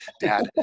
Dad